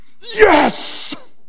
Yes